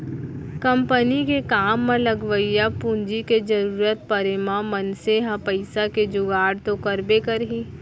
company के काम म लगवइया पूंजी के जरूरत परे म मनसे ह पइसा के जुगाड़ तो करबे करही